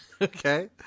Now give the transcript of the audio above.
Okay